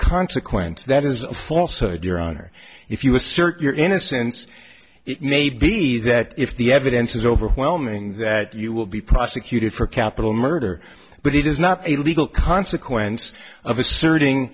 consequence that is false and your honor if you assert your innocence it may be that if the evidence is overwhelming that you will be prosecuted for capital murder but it is not a legal consequence of asserting